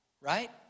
right